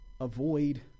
Avoid